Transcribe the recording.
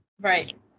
Right